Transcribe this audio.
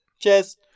cheers